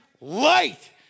light